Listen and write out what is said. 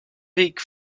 weg